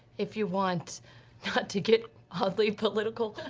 if you want, not to get oddly political.